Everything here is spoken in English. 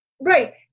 Right